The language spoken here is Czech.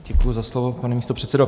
Děkuji za slovo, pane místopředsedo.